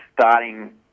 starting